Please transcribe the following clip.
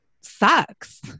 sucks